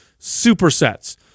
supersets